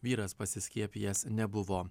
vyras pasiskiepijęs nebuvo